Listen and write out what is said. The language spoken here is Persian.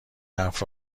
حرف